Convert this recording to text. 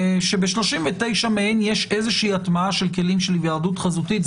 שב-39 מהן יש הטמעה כלשהי של כלים של היוועדות חזותית.